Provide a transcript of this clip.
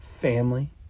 family